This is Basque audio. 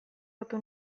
hartu